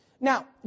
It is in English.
Now